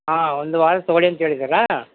ಹಾಂ ಒಂದು ವಾರ ತೊಗೋಳಿ ಅಂತ ಹೇಳಿದಾರಾ